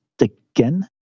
again